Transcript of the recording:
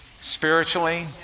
spiritually